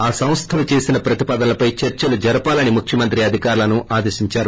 ఆ సంస్వలు చేసిన ప్రతిపాదనలపై చర్చలు జరపాలని ముఖ్యమంత్రి అధికారులను ఆదేశించారు